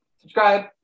subscribe